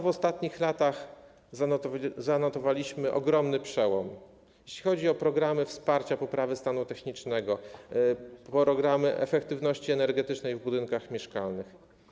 W ostatnich latach zanotowaliśmy ogromny przełom, jeśli chodzi o programy wsparcia, poprawy stanu technicznego, programy efektywności energetycznej w budynkach mieszkalnych.